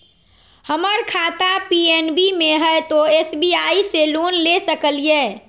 हमर खाता पी.एन.बी मे हय, तो एस.बी.आई से लोन ले सकलिए?